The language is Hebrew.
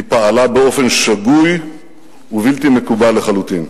היא פעלה באופן שגוי ובלתי מקובל לחלוטין.